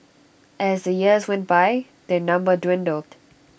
as the years went by their number dwindled